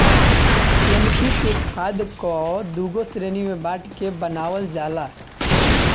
NPK खाद कअ दूगो श्रेणी में बाँट के बनावल जाला